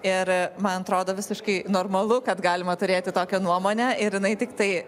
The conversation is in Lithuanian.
ir man atrodo visiškai normalu kad galima turėti tokią nuomonę ir jinai tiktai